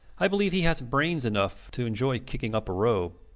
i believe he hasnt brains enough to enjoy kicking up a row.